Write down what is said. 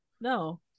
No